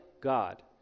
God